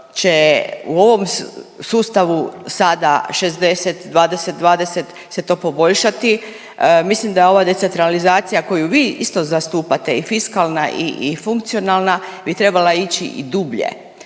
će u ovom sustavu sada 60:20:20 se to poboljšati? Mislim da ova decentralizacija koju vi isto zastupate i fiskalna, i, i funkcionalna bi trebala ići i dublje,